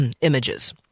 images